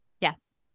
Yes